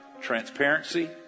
transparency